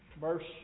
Verse